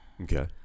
Okay